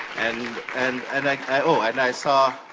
and and and like oh, and i saw